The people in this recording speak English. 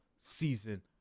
season